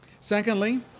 Secondly